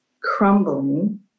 crumbling